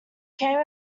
came